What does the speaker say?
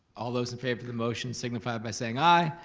all those in favor of the motion, signify by saying i,